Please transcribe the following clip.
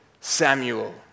Samuel